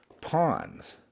pawns